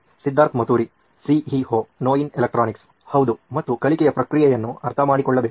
Siddharth Maturi CEO ನೋಯಿನ್ electronics ಹೌದು ಮತ್ತು ಕಲಿಕೆಯ ಪ್ರಕ್ರಿಯೆಯನ್ನು ಅರ್ಥಮಾಡಿಕೊಳ್ಳಬೇಕು